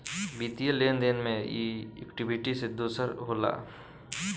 वित्तीय लेन देन मे ई इक्वीटी से दोसर होला